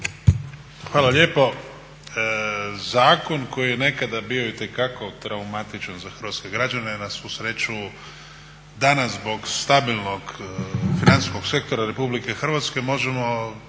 Hvala lijepo. Zakon koji je nekada bio itekako traumatičan za hrvatske građane na svu sreću danas zbog stabilnog financijskog sektora RH možemo